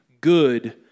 good